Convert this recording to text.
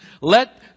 Let